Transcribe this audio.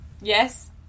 Yes